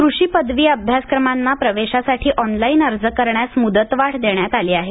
कृषी पदवी अभ्यासक्रमांना प्रवेशासाठी ऑनलाइन अर्ज करण्यास मुदतवाढ देण्यात आली आहे